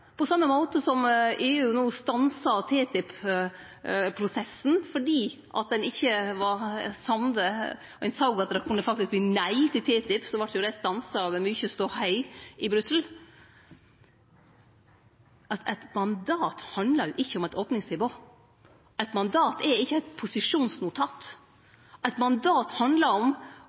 på same måten som EU no stansar TTIP-prosessen, fordi ein ikkje var samde. Ein såg at det faktisk kunne verte nei til TTIP, men så vart jo det stansa av mykje ståhei i Brussel. Eit mandat handlar ikkje om eit opningstilbod. Eit mandat er ikkje eit posisjonsnotat. Kva eit mandat handlar om,